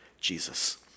Jesus